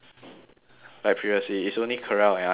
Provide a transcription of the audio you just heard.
like previously it's only carell and I got work done